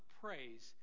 praise